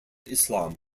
islam